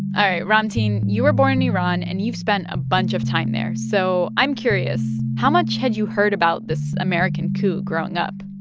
all right, ramtin, you were born in iran. and spent a bunch of time there. so i'm curious. how much had you heard about this american coup growing up?